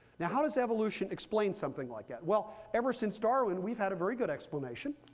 now how does evolution explain something like that? well, ever since darwin, we've had a very good explanation.